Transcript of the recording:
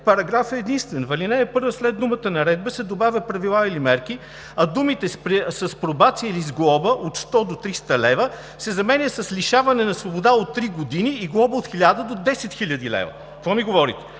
параграф единствен: „В ал. 1 след думата „Наредба“ се добавя „правила или мерки“, а думите „с пробация или с глоба от 100 до 300 лева“ се заменят с „лишаване от свобода от 3 години и глоба от 1000 до 10 000 лева“. Какво ми говорите?